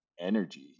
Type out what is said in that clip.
energy